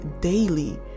daily